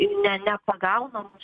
ne nepagaunamas